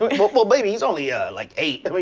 um well, baby he's only yeah like eight. i mean,